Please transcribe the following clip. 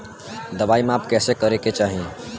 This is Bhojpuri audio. दवाई माप कैसे करेके चाही?